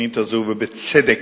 התוכנית הזו גררה, בצדק,